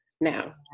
now